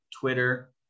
Twitter